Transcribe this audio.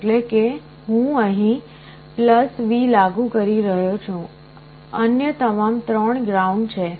એટલે કે હું અહીં V લાગુ કરી રહ્યો છું અન્ય તમામ 3 ગ્રાઉન્ડ છે